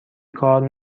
کار